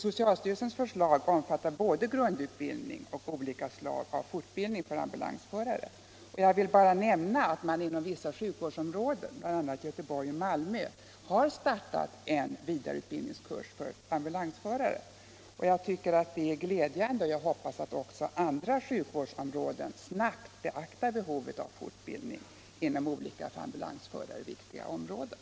Det förslaget omfattar både grundutbildning och olika slag av fortbildning för ambulansförare. Jag vill bara nämna att man inom vissa sjukvårdsområden, bl.a. i Göteborg och Malmö, har startat vidareutbildningskurser för ambulansförare. Det tycker jag är glädjande, och jag hoppas att man också inom andra sjukvårdsområden snabbt beaktar behovet av fortbildning inom olika för ambulansförare viktiga områden.